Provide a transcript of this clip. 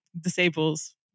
disables